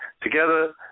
Together